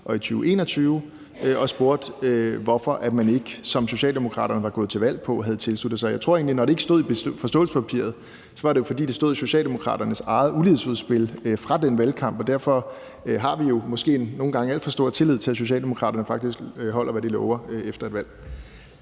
og i 2021 og spurgte, hvorfor man ikke, som Socialdemokraterne var gået til valg på, havde tilsluttet sig. Jeg tror egentlig, at når det ikke stod i forståelsespapiret, var det, fordi det stod i Socialdemokraternes eget ulighedsudspil fra den valgkamp. Vi har nogle gange måske alt for stor tillid til, at Socialdemokraterne faktisk holder, hvad de lover, efter et valg.